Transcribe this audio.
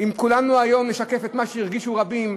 אם כולנו היום נשקף את מה שהרגישו רבים,